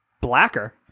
blacker